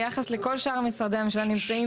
ביחס לכל משרדי הממשלה נמצאים